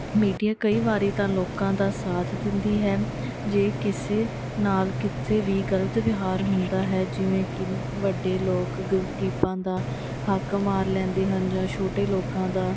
media ਕਈ ਵਾਰੀ ਤਾਂ ਲੋਕਾਂ ਦਾ ਸਾਥ ਦਿੰਦੀ ਹੈ ਜੇ ਕਿਸੇ ਨਾਲ ਕਿਤੇ ਵੀ ਗਲਤ ਵਿਹਾਰ ਹੁੰਦਾ ਹੈ ਜਿਵੇਂ ਕਿ ਵੱਡੇ ਲੋਕ ਗਰੀਬਾਂ ਦਾ ਹੱਕ ਮਾਰ ਲੈਂਦੇ ਹਨ ਜਾਂ ਛੋਟੇ ਲੋਕਾਂ ਦਾ